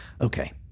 Okay